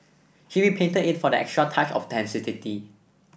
he repainted it for that extra touch of authenticity